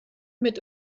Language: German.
mit